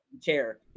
Chair